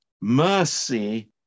mercy